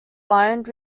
lined